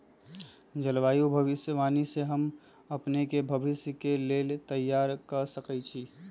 जलवायु भविष्यवाणी से हम अपने के भविष्य के लेल तइयार कऽ सकै छी